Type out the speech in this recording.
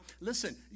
listen